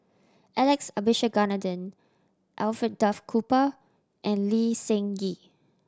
Alex Abisheganaden Alfred Duff Cooper and Lee Seng Gee